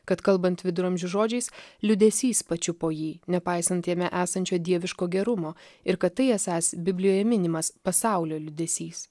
kad kalbant viduramžių žodžiais liūdesys pačiupo jį nepaisant jame esančio dieviško gerumo ir kad tai esąs biblijoje minimas pasaulio liūdesys